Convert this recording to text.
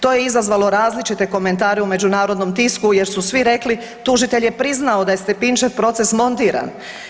To je izazvalo različite komentare u međunarodnom tisku jer su svi rekli, tužitelj je priznao da je Stepinčev proces montiran.